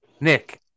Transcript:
Nick